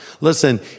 Listen